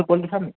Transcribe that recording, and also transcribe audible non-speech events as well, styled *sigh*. *unintelligible*